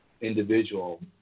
individual